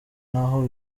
n’aho